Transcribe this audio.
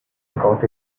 got